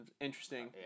interesting